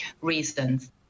reasons